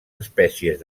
espècies